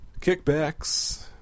kickbacks